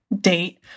date